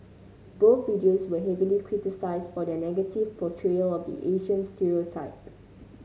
both videos were heavily criticised for their negative portrayal of the Asian stereotype